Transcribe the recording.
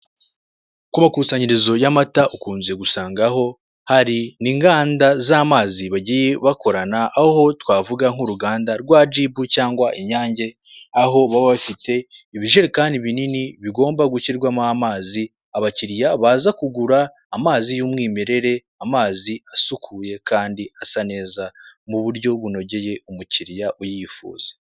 ku makusanyirizo y'amata ukunze gusangaho, hari n'inganda z'amazi bagiye bakorana aho twavuga nk'uruganda rwa Jibu cyangwa inyange, aho baba bafite ibijerekani binini bigomba gushyirwamo amazi, abakiriya baza kugura amazi y'umwimerere, amazi asukuye kandi asa neza mu buryo bunogeye umukiriya uyifuza.